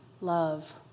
love